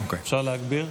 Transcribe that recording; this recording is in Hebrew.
אפשר להגביר?